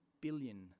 billion